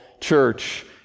church